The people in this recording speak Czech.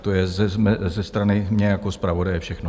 To je ze strany mé jako zpravodaje všechno.